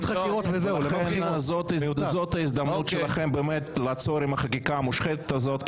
זאת ההזדמנות שלכם לעצור את החקיקה המושחתת הזאת,